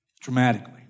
Dramatically